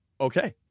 Okay